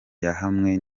yahamwe